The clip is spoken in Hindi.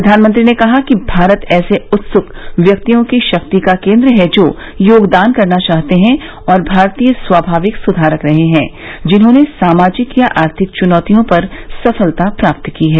प्रधानमंत्री ने कहा कि भारत ऐसे उत्सुक व्यक्तियों का शक्ति केंद्र है जो योगदान करना चाहते हैं और भारतीय स्वाभाविक सुधारक रहे हैं जिन्होंने सामाजिक या आर्थिक चुनौतियों पर सफलता प्राप्त की है